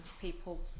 people